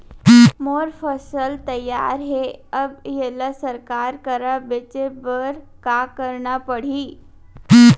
मोर फसल तैयार हे अब येला सरकार करा बेचे बर का करना पड़ही?